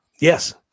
Yes